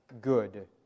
good